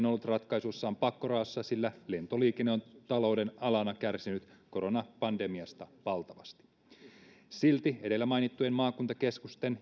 ollut ratkaisussaan pakkoraossa sillä lentoliikenne on talouden alana kärsinyt koronapandemiasta valtavasti silti edellä mainittujen maakuntakeskusten